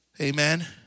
Amen